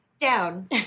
down